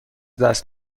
دست